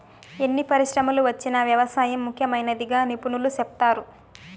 ఎన్ని పరిశ్రమలు వచ్చినా వ్యవసాయం ముఖ్యమైనదిగా నిపుణులు సెప్తారు